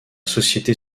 société